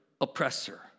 oppressor